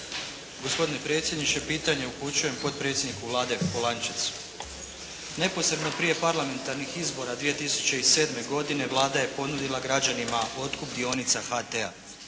Gospodine predsjedniče pitanje upućujem potpredsjedniku Vlade, Polančecu. Neposredno prije parlamentarnih izbora 2007. godine Vlada je ponudila građanima otkup dionica HT-a.